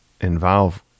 involve